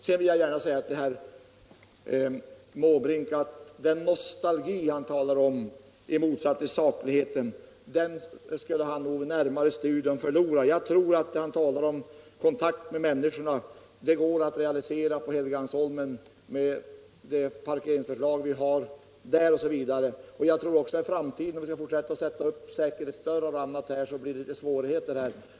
Sedan vill jag säga till herr Måbrink att talet om nostalgi i motsats till sakligheten skulle han nog inte kunna vidhålla vid närmare studium. Jag tror att kontakten med människorna, som han talar om. går att realisera på Helgeandsholmen, med vårt parkeringsförstag där m.m. Skall vi i framtiden fortsätta med att sätta upp säkerhetsdörrar och annat i det här huset, tror jag att det blir svårigheter med kontakten även här.